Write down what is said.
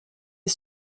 est